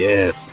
Yes